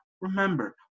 remember